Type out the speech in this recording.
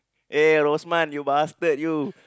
eh Rosman you bastard you